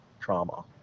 trauma